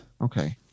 Okay